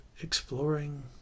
exploring